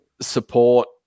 support